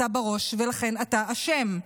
אתה בראש ולכן אתה אשם.